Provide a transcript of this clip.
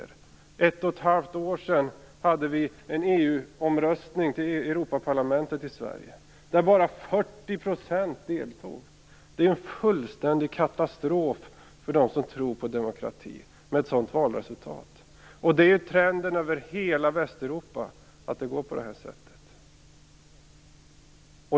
För ett och ett halvt år sedan hade vi en EU-omröstning till Europaparlamentet i Sverige, där bara 40 % deltog. Ett sådant valresultat är en fullständig katastrof för dem som tror på demokrati, och det är trenden över hela Västeuropa att det går så.